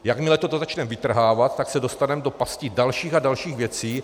Jakmile toto začneme vytrhávat, tak se dostaneme do pasti dalších a dalších věcí.